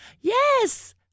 Yes